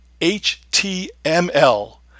H-T-M-L